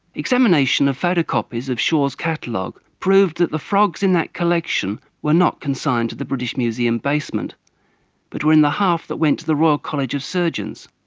examination of photocopies of shaw's catalogue proved that the frogs in that collection were not consigned to the british museum basement but were in the half that went to the royal college of surgeons.